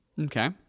Okay